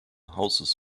houses